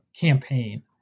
campaign